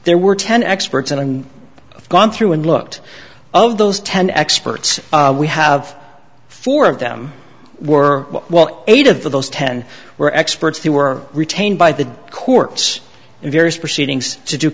there were ten experts and i've gone through and looked of those ten experts we have four of them were well eight of those ten were experts who were retained by the courts in various proceedings to do